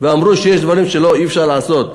ואמרו שיש דברים שאי-אפשר לעשות.